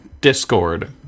Discord